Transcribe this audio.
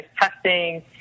testing